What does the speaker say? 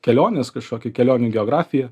keliones kažkokią kelionių geografiją